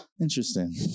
Interesting